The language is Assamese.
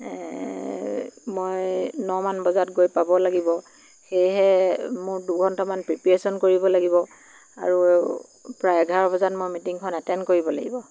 মই ন মান বজাত গৈ পাব লাগিব সেয়েহে মোৰ দুঘন্টামান প্ৰিপেয়াৰচন কৰিব লাগিব আৰু প্ৰায় এঘাৰ বজাত মই মিটিঙখন এটেন্দ কৰিব লাগিব